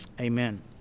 Amen